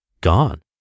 gone